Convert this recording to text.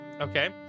Okay